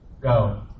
Go